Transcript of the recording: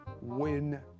win